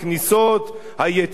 היציאות,